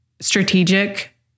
strategic